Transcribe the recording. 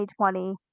2020